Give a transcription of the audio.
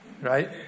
right